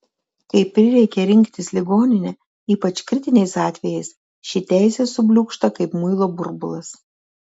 kai prireikia rinktis ligoninę ypač kritiniais atvejais ši teisė subliūkšta kaip muilo burbulas